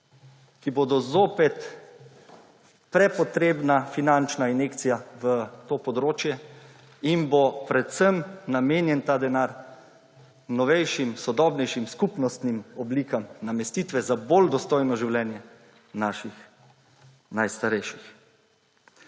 ki bodo zopet prepotrebna finančna injekcija v to področje in bo predvsem namenjen ta denar novejšim, sodobnejšim skupnostnim oblikam namestitve za bolj dostojno življenje naših najstarejših.